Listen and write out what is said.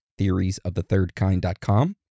theoriesofthethirdkind.com